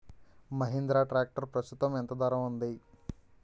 Mahindra tractor ప్రస్తుతం ఎంత ధర ఉంది?